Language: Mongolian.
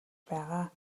байгаа